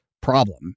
problem